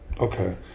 okay